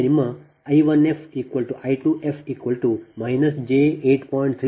ಮುಂದೆ ನಿಮ್ಮ I1fI2f j8